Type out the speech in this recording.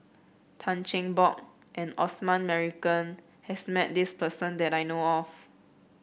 Tan Cheng Bock and Osman Merican has met this person that I know of